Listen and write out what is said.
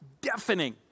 deafening